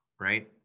right